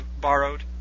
borrowed